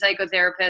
psychotherapist